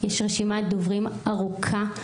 יש רשימת דוברים ארוכה,